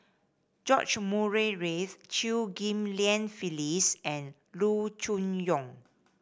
George Murray Reith Chew Ghim Lian Phyllis and Loo Choon Yong